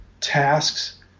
tasks